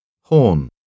Horn